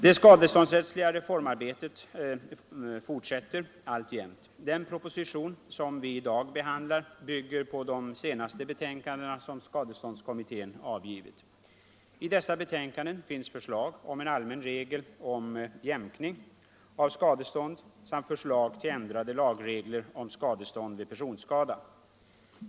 Det skadeståndsrättsliga reformarbetet fortsätter alltjämt. Den proposition som vi i dag behandlar bygger på de senaste betänkanden som skadeståndskommittén avgett. I dessa betänkanden finns förslag till en allmän regel om jämkning av skadestånd samt förslag till ändrade lagregler om skadestånd vid personskada.